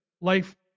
life